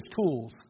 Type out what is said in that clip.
tools